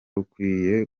rukwiye